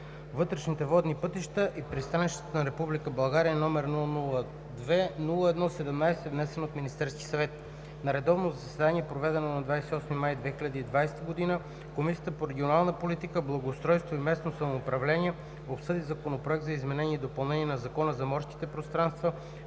вътрешните водни пътища и пристанищата на Република България, № 002-01-17, внесен от Министерския съвет На редовно заседание, проведено на 28 май 2020 г., Комисията по регионална политика, благоустройство и местно самоуправление обсъди Законопроект за изменение и допълнение на Закона за морските пространства,